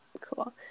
cool